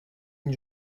une